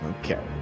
Okay